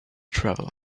travel